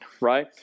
right